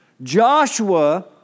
Joshua